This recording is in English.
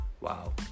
Wow